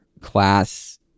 class